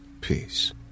peace